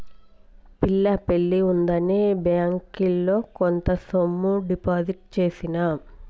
పిల్ల పెళ్లి ఉందని బ్యేంకిలో కొంత సొమ్ము డిపాజిట్ చేసిన